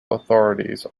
authorities